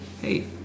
Hey